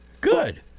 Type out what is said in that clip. Good